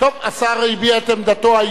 השר הביע את עמדתו האישית,